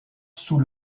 sous